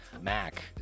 Mac